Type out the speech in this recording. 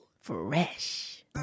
Fresh